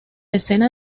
escena